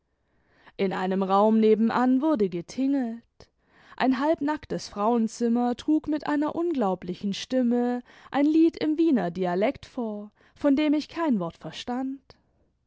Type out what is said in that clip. in einem raum nebenan wurde getingelt ein halbnacktes frauenzimmer trug mit einer unglaublichen stimme ein lied im wiener dialekt vor von dem ich kein wort verstand